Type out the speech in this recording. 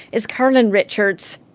is carolyn richards.